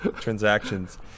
transactions